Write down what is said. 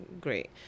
Great